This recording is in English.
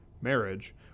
Marriage